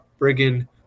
friggin